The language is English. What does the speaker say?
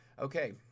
Okay